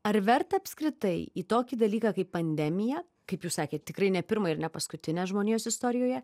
ar verta apskritai į tokį dalyką kaip pandemija kaip jūs sakėt tikrai ne pirmą ir ne paskutinę žmonijos istorijoje